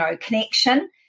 connection